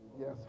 Yes